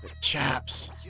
chaps